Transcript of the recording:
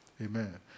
Amen